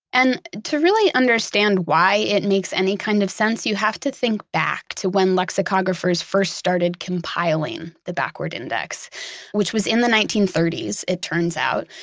and to really understand why makes any kind of sense, you have to think back to when lexicographers first started compiling the backward index which was in the nineteen thirty s, it turns out,